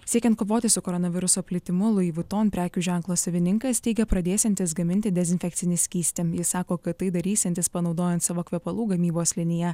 siekiant kovoti su koronaviruso plitimu lui vuton prekių ženklo savininkas teigė pradėsiantis gaminti dezinfekcinį skystį jis sako kad tai darysiantis panaudojant savo kvepalų gamybos liniją